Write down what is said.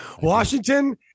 Washington